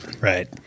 Right